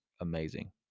amazing